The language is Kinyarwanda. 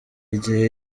igihe